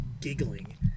giggling